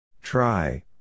Try